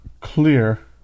clear